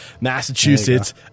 Massachusetts